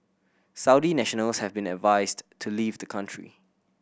Saudi nationals have been advised to leave the country